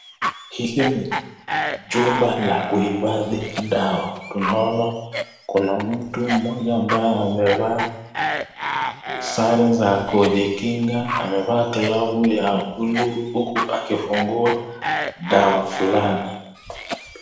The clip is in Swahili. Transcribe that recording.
Hili ni jumba la kuifadhi dawa. Tunaona kuna mtu mmoja ambaye amevaa sare za kujikinga, amevaa glavu ya kulu huku akifungua dawa fulani.